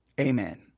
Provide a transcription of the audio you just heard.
Amen